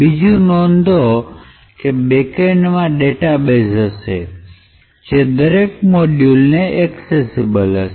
બીજું નોંધો કે બેકેન્ડ માં ડેટાબેઝ હશે કે જે દરેક મોડ્યુલ ને ઍક્સેસીબલ હશે